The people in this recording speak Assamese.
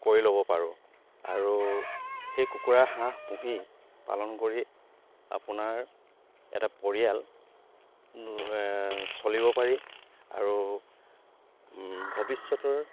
কৰি ল'ব পাৰোঁ আৰু সেই কুকুৰা হাঁহ পুহি পালন কৰি আপোনাৰ এটা পৰিয়াল চলিব পাৰি আৰু ভৱিষ্যতৰ